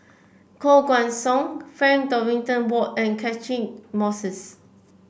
Koh Guan Song Frank Dorrington Ward and Catchick Moses